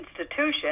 institution